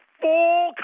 full